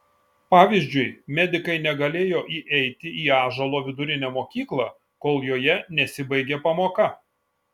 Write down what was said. pavyzdžiui medikai negalėjo įeiti į ąžuolo vidurinę mokyklą kol joje nesibaigė pamoka